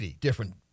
different